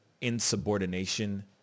insubordination